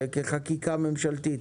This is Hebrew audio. כחקיקה ממשלתית?